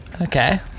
Okay